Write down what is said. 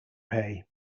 pay